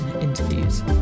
interviews